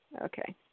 Okay